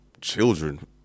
children